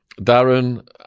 Darren